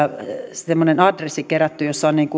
adressi johon on kerätty